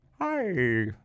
Hi